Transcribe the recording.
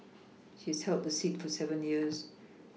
he has held the seat for seven years